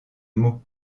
meaux